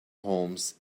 homes